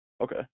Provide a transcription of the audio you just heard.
okay